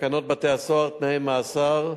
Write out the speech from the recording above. תקנות בתי-הסוהר (תנאי מאסר),